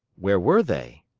where were they?